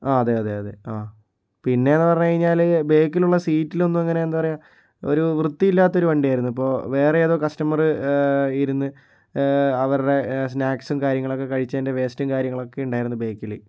ആ അതെ അതെ ആ പിന്നെയെന്ന് പറഞ്ഞു കഴിഞ്ഞാൽ ബാക്കിലുള്ള സീറ്റിലൊന്നും അങ്ങനെ എന്താ പറയുക ഒരു വൃത്തിയില്ലാത്ത ഒരു വണ്ടിയായിരുന്നു ഇപ്പോൾ വേറെ ഏതോ കസ്റ്റമറ് ഇരുന്ന് അവറുടെ സ്നാക്ക്സും കാര്യങ്ങളൊക്കെ കഴിച്ചതിൻ്റെ വേസ്റ്റും കാര്യങ്ങളൊക്കെ ഉണ്ടായിരുന്നു ബാക്കിൽ